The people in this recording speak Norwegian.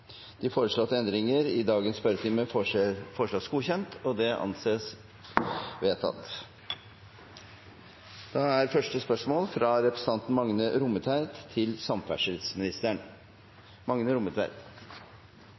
De foreslåtte endringer i dagens spørretime foreslås godkjent. – Det anses vedtatt. Endringene var som følger: Spørsmål 2, fra representanten Liv Signe Navarsete til